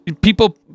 People